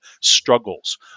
struggles